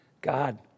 God